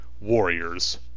Warriors